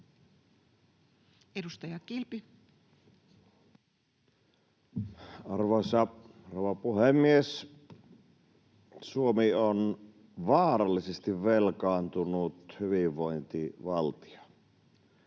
Content: Arvoisa rouva puhemies! Suomi on vaarallisesti velkaantunut hyvinvointivaltio.